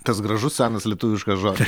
tas gražus senas lietuviškas žodis